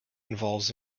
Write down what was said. involves